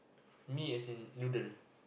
mee as in noodle